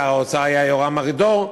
שר האוצר היה יורם ארידור,